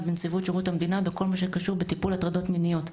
בנציבות שירות המדינה בכל במה שקשור בטיפול הטרדות מיניות.